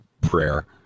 prayer